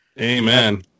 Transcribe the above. Amen